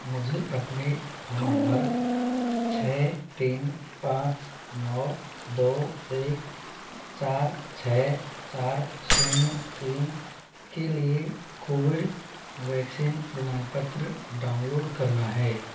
मुझे अपने phone number छः तीन पाँच नौ दो एक चार छः चार शून्य तीन के लिए कोविड वैक्सीन प्रमाणपत्र डाउनलोड करना है